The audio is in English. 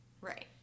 right